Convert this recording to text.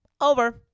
Over